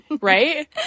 right